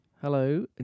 Hello